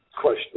question